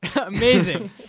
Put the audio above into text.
amazing